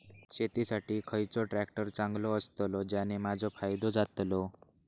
शेती साठी खयचो ट्रॅक्टर चांगलो अस्तलो ज्याने माजो फायदो जातलो?